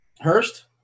Hurst